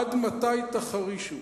עד מתי תחרישו?